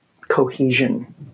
cohesion